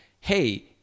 hey